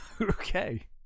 okay